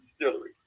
distillery